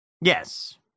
Yes